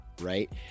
right